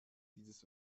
dieses